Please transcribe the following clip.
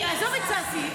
עזוב את ששי.